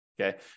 Okay